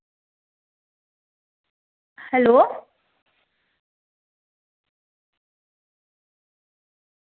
hello